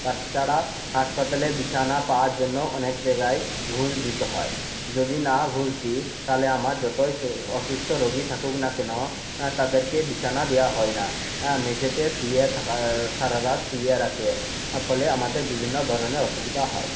তাছাড়া হাসপাতালের বিছানা পাওয়ার জন্য অনেক জায়গায় ঘুষ দিতে হয় যদি না ঘুষ দিই তাহলে আমার যতই অসুস্থ রোগি থাকুক না কেনো হ্যাঁ তাদেরকে বিছানা দেওয়া হয় না হ্যাঁ মেঝেতে শুয়ে থাকার সারা রাত শুয়ে রাখে তা ফলে আমাদের বিভিন্ন ধরনের অসুবিধা হয়